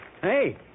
Hey